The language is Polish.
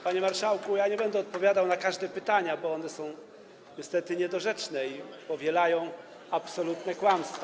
Panie marszałku, ja nie będę odpowiadał na każde z pytań, bo one są niestety niedorzeczne i powielają absolutne kłamstwa.